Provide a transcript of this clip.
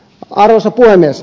arvoisa puhemies